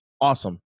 Awesome